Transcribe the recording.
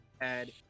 add